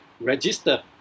register